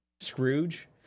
Scrooge